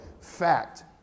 fact